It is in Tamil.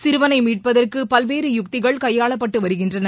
சிறுவனை மீட்பதற்கு பல்வேறு யுக்திகள் கையாளப்பட்டு வருகின்றன